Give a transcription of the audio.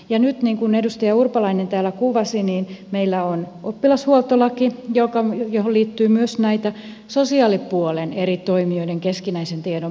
ja nyt niin kuin edustaja urpalainen täällä kuvasi meillä on oppilashuoltolaki johon liittyy myös näitä sosiaalipuolen eri toimijoiden keskinäisen tiedon parantamisen mahdollisuuksia